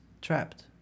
trapped